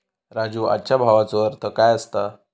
राजू, आजच्या भावाचो अर्थ काय असता?